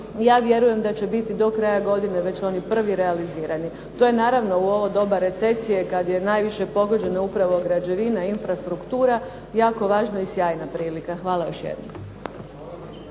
ja vjerujem da će biti do kraja godine već oni prvi realizirani. To je naravno u ovo doba recesije kad je najviše pogođena upravo građevina, infrastruktura, jako važna i sjajna prilika. Hvala još jednom.